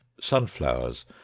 sunflowers